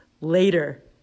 later